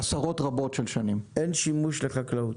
עשרות רבות של שנים אין שימוש לחקלאות